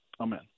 Amen